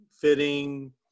fitting